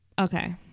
Okay